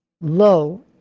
low